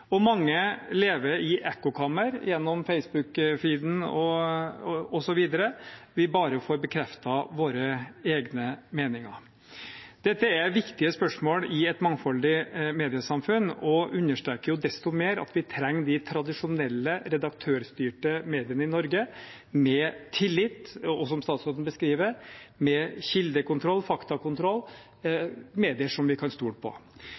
Mange lever i ekkokammer gjennom Facebook-feeden osv., der vi bare får bekreftet våre egne meninger. Dette er viktige spørsmål i et mangfoldig mediesamfunn og understreker desto mer at vi trenger de tradisjonelle, redaktørstyrte mediene i Norge, med tillit og, som statsråden beskriver, med kildekontroll og faktakontroll – medier som vi kan stole på.